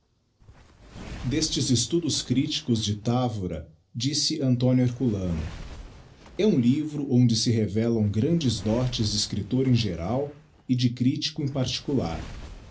destes estudos críticos de távora disse a herculano um livro onde se revelam grandes dotes de escriptor em geral e de critico em particular